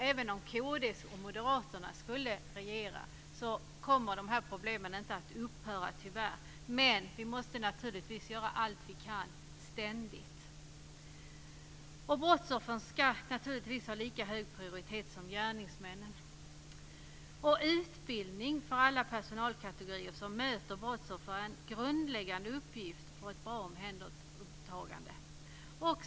Även om Kristdemokraterna och Moderaterna skulle regera skulle dessa problem inte upphöra att existera, men vi måste naturligtvis ständigt göra allt vi kan för att komma till rätta med dem. Brottsoffren ska naturligtvis ges lika hög prioritet som gärningsmännen. Utbildning för alla personalkategorier som möter brottsoffer är en grundläggande förutsättning för ett bra omhändertagande.